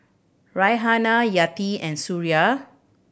Raihana Hayati and Suria